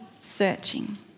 searching